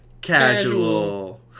casual